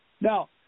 Now